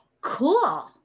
cool